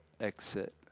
exit